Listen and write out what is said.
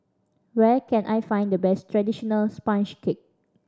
where can I find the best traditional sponge cake